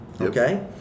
okay